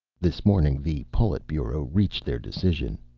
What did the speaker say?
this morning the politburo reached their decision.